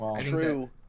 true